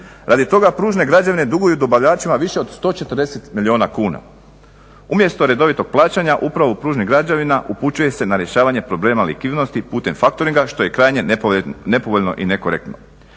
Radi toga pružne građevine duguju dobavljačima više od 140 milijuna kuna. Umjesto redovitog plaćanja upravo pružnih građevina upućuje se na rješavanje problema likvidnosti putem factoringa je krajnje nepovoljno i nekorektno.